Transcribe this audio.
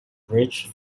bridge